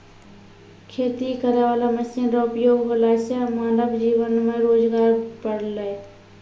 खेती करै वाला मशीन रो उपयोग होला से मानब जीवन मे रोजगार बड़लै